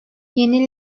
yeni